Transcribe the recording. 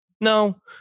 No